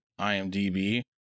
IMDb